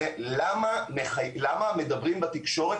זה למה מדברים בתקשורת,